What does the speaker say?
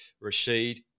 Rashid